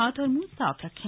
हाथ और मुंह साफ रखें